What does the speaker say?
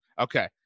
Okay